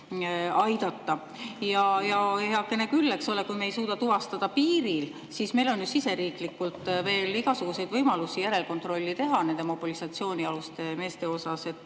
Ja heakene küll, eks ole, kui me ei suuda tuvastada piiril, siis meil on ju siseriiklikult veel igasuguseid võimalusi järelkontrolli teha nende mobilisatsioonialuste meeste kohta –